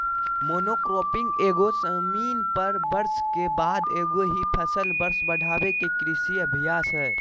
monocropping एगो जमीन पर वर्ष के बाद एगो ही फसल वर्ष बढ़ाबे के कृषि अभ्यास हइ